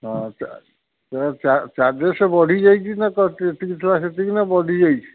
ହଁ ଚାର୍ଜେସ୍ ବଢ଼ିଯାଇଛି ନା ଯେତିକି ଥିଲା ସେତିକି ନା ବଢ଼ିଯାଇଛି